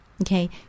okay